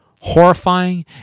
horrifying